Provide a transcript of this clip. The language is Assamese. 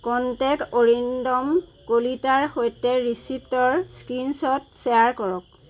কণ্টেক্ট অৰিন্দম কলিতাৰ সৈতে ৰিচিপ্টৰ স্ক্ৰীনশ্বট শ্বেয়াৰ কৰক